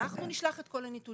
אנחנו נשלח את כל הנתונים,